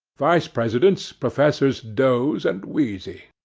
vice-presidents professors doze and wheezy.